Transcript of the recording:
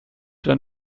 dann